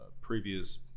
previous